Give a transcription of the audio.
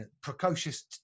precocious